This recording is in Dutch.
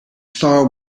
star